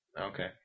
Okay